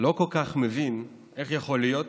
לא כל כך מבין איך יכול להיות